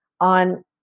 on